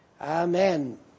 amen